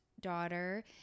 daughter